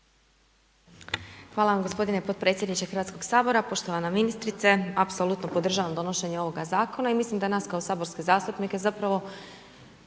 Hvala vam gospodine potpredsjedniče Hrvatskog sabora. Poštovana ministrice, apsolutno podržavam donošenje ovog zakona i mislim da nas kao saborske zastupnike zapravo